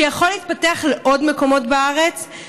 שיכול להתפתח לעוד מקומות בארץ,